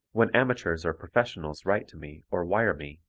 when amateurs or professionals write to me or wire me,